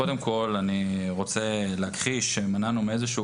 קודם כל אני רוצה להכחיש שמנענו מאיזשהו